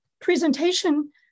presentation